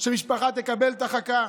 שהמשפחה תקבל את החכה.